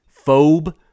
Phobe